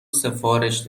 سفارش